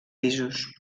pisos